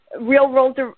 real-world